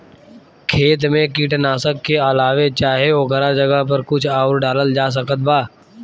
खेत मे कीटनाशक के अलावे चाहे ओकरा जगह पर कुछ आउर डालल जा सकत बा?